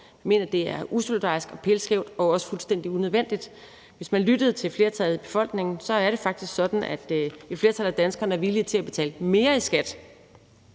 Vi mener, det er usolidarisk og pilskævt og også fuldstændig unødvendigt. Hvis man lyttede til flertallet i befolkningen, er det faktisk sådan, at et flertal af danskerne er villige til at betale mere i skat